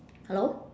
hello